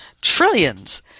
trillions